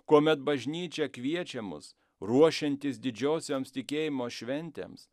kuomet bažnyčia kviečia mus ruošiantis didžiosioms tikėjimo šventėms